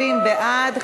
20 בעד,